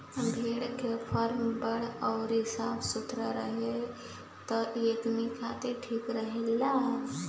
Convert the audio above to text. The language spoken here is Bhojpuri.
भेड़ के फार्म बड़ अउरी साफ सुथरा रहे त एकनी खातिर ठीक रहेला